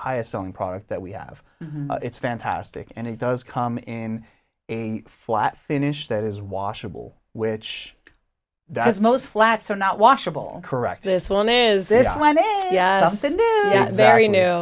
highest selling product that we have it's fantastic and it does come in a flat finish that is washable which does most flats are not washable correct this one is this one a very new